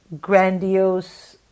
grandiose